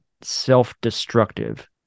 self-destructive